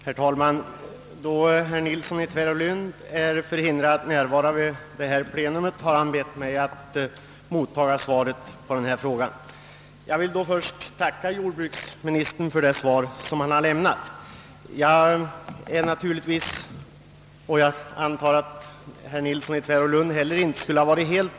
Herr talman! Då herr Nilsson i Tvärålund är förhindrad närvara vid detta plenum, har han bett mig att mottaga svaret på den fråga han har ställt. Jag vill då först tacka jordbruksministern för svaret. Jag är inte helt belåten med detta — jag antar att herr Nilsson i Tvärålund inte heller skulle ha varit det.